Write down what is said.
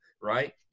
right